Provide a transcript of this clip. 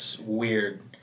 weird